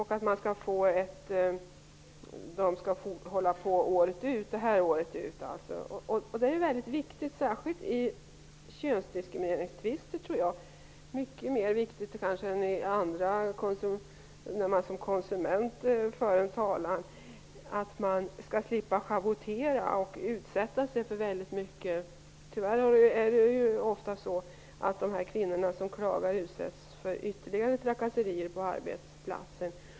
Jag tror att det i könsdiskrimineringstvister är särskilt viktigt att slippa schavottera. Det är kanske viktigare än när man som konsument vill föra sin talan. Tyvärr utsätts de kvinnor som klagar för ytterligare trakasserier på arbetsplatserna.